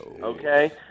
Okay